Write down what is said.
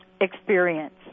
experience